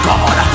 God